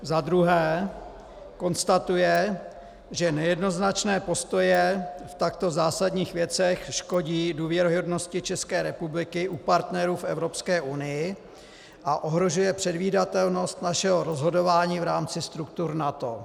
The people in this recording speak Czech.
2. konstatuje, že nejednoznačné postoje v takto zásadních věcech škodí důvěryhodnosti České republiky u partnerů v Evropské unii a ohrožuje předvídatelnost našeho rozhodování v rámci struktur NATO,